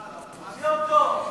תוציא אותו.